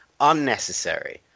Unnecessary